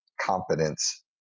Competence